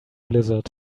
blizzard